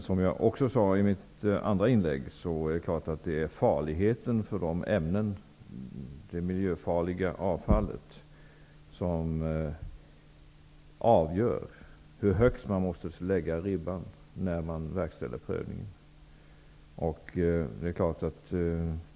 Som jag också sade i mitt andra inlägg är det klart att det är beroende på hur farligt det miljöfarliga avfallet är som avgör hur högt man måste lägga ribban när man verkställer prövningen.